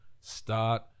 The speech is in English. start